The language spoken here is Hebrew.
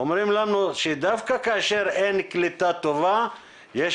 אומרים לנו שדווקא כאשר אין קליטה טובה יש